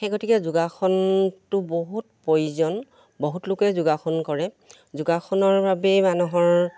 সেই গতিকে যোগাসনটো বহুত প্ৰয়োজন বহুত লোকে যোগাসন কৰে যোগাসনৰ বাবেই মানুহৰ